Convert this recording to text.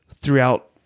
throughout